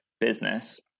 business